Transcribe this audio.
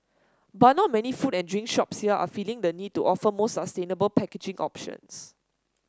but not many food and drink shops here are feeling the need to offer more sustainable packaging options